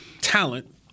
talent